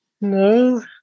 No